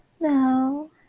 No